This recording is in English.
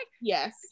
yes